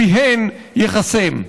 פיהן ייחסם.